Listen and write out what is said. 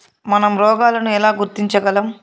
మనం రోగాలను ఎలా గుర్తించగలం?